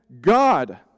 God